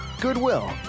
Goodwill